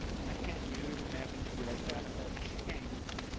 and i can't use american relay services, she can't use them,